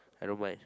I don't mind